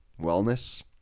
wellness